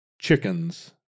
chickens